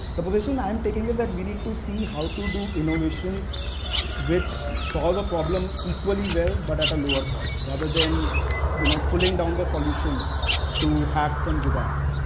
the position i am taking is that we need to see how to do innovations which solve the problem equally well but at a lower cost rather than you know pulling down the solution to hacks and jugaads.